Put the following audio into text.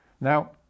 now